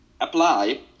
apply